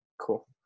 Cool